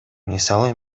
мисалы